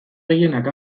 gehienak